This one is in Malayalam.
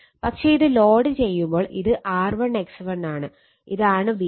പക്ഷെ ഇത് ലോഡ് ചെയ്യുമ്പോൾ ഇത് R1 X1 ആണ്